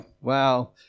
wow